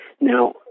Now